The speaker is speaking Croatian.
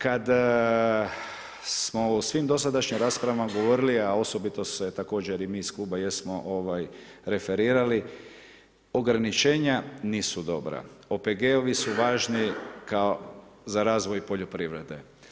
Kada smo u svim dosadašnjim raspravama govorili, a osobito se također i mi iz kluba jesmo referirali, ograničenja nisu dobra, OPG-ovi su važni za razvoj poljoprivrede.